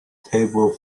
table